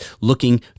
looking